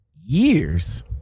years